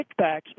kickbacks